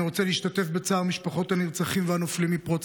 אני רוצה להשתתף בצער משפחות הנרצחים והנופלים מפרוץ